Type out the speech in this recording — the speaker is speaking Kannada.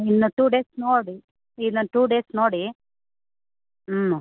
ಇನ್ನು ಟು ಡೇಸ್ ನೋಡಿ ಇನ್ನೊಂದು ಟು ಡೇಸ್ ನೋಡಿ ಹ್ಞೂ